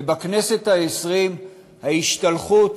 ובכנסת העשרים ההשתלחות